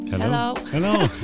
Hello